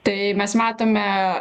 tai mes matome